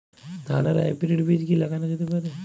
ধানের হাইব্রীড বীজ কি লাগানো যেতে পারে?